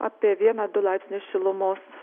apie vieną du laipsnius šilumos